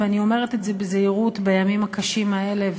ואני אומרת את זה בזהירות בימים הקשים האלה,